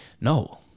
no